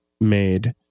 made